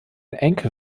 enkel